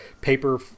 paper